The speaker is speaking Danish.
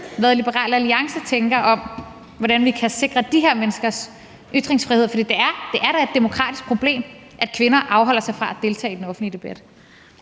hvad Liberal Alliance tænker om, hvordan vi kan sikre de her menneskers ytringsfrihed, for det er da et demokratisk problem, at kvinder afholder sig fra at deltage i den offentlige debat.